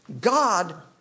god